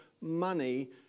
money